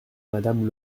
madame